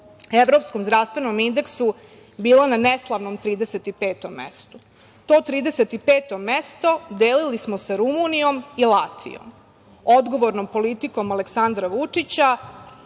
evropskom zdravstvenom indeksu bila na neslavnom 35 mestu. To 35 mesto delili smo sa Rumunijom i Latvijom. Odgovornom politikom Aleksandra Vučića